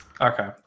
Okay